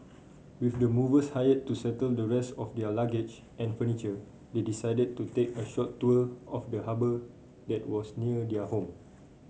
with the movers hired to settle the rest of their luggage and furniture they decided to take a short tour of the harbour that was near their home